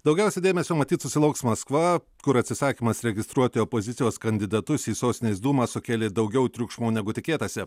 daugiausia dėmesio matyt susilauks maskva kur atsisakymas registruoti opozicijos kandidatus į sostinės dūmą sukėlė daugiau triukšmo negu tikėtasi